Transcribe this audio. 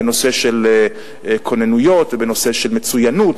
בנושא של כוננויות ובנושא של מצוינות,